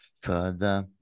further